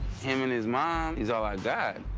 him and his mom, he's all i got.